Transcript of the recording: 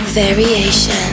Variation